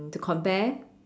to compare